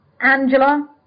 Angela